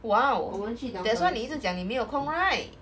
!wow! that's why 你一直讲你没有空 right